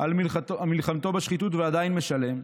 על מלחמתו בשחיתות, ועדין משלם,